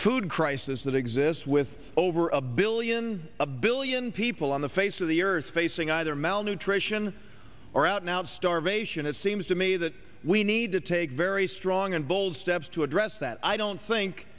food crisis that exists with over a billion a billion people on the face of the earth facing either malnutrition or out now starvation it seems to me that we need to take very strong and bold steps to address that i don't think